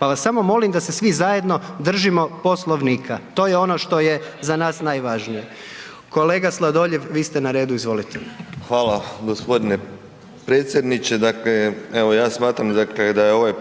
vas samo molim da se svi zajedno držimo Poslovnika, to je ono što je za nas najvažnije. Kolega Sladoljev, vi ste na redu, izvolite. **Sladoljev, Marko (MOST)** Hvala g. predsjedniče. Dakle evo ja smatram dakle da je ovaj